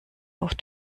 auf